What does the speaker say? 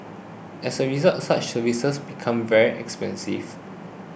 as a result such services become very expensive